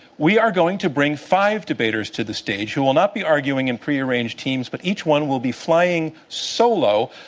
we are going to bring five debaters to the stage who will not be arguing in prearranged teams, but each one will be flying solo,